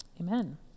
amen